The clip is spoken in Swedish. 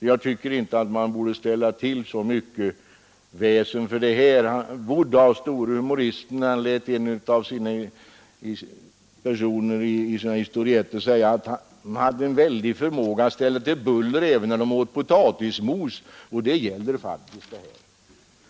Jag tycker att man inte borde ställa till så mycket väsen för detta. Wodehouse, den store humoristen, lät en person i en av sina historietter säga att en annan man hade en väldig förmåga att ställa till buller även när han åt potatismos. Det gäller faktiskt också i detta fall.